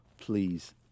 please